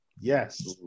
Yes